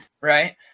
right